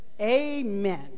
amen